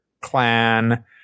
clan